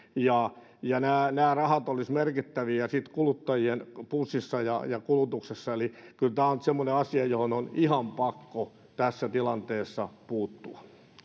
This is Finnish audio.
ja ja nämä nämä rahat olisivat merkittäviä kuluttajien pussissa ja ja kulutuksessa eli kyllä tämä on nyt semmoinen asia johon on ihan pakko tässä tilanteessa puuttua